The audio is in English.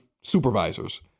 supervisors